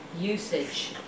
usage